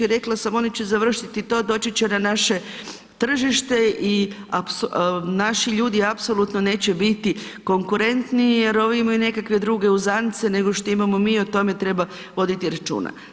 I rekla sam oni će završiti to doći će na naše tržište i naši ljudi apsolutno neće biti konkurentni jer ovi imaju nekakve druge uzance nego što imamo mi i o tome treba voditi računa.